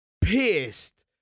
pissed